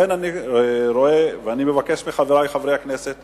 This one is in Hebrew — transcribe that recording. לכן אני מבקש מחברי חברי הכנסת